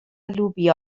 لوبیا